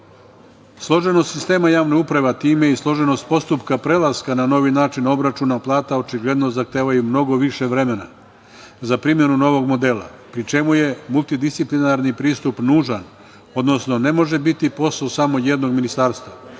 društva. Složenost sistema javne uprave, a time i složenost postupka prelaska na novi način obračuna plata očigledno zahteva i mnogo više vremena za primenu novog modela, pri čemu je multidisciplinarni pristup nužan, odnosno ne može biti posao samo jednog ministarstva,